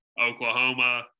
Oklahoma